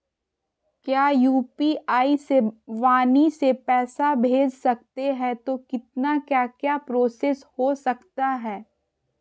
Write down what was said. क्या यू.पी.आई से वाणी से पैसा भेज सकते हैं तो कितना क्या क्या प्रोसेस हो सकता है?